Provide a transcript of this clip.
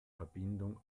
verbindung